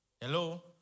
Hello